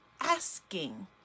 asking